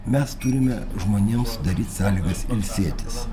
mes turime žmonėms sudaryt sąlygas ilsėtis